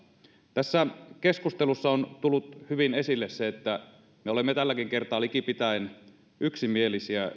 tässä keskustelussa on tullut hyvin esille se että me olemme tälläkin kertaa likipitäen yksimielisiä